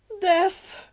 Death